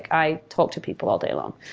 i talk to people all day long.